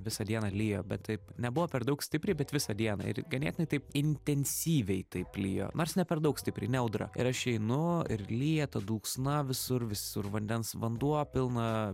visą dieną lijo bet taip nebuvo per daug stipriai bet visą dieną ir ganėtinai taip intensyviai taip lijo nors ne per daug stipri ne audra ir aš einu ir lyja ta dulksna visur visur vandens vanduo pilna